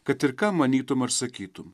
kad ir ką manytum ar sakytum